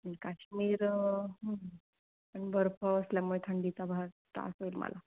मी काश्मीर आणि बर्फ असल्यामुळे थंडीचा फार त्रास होईल मला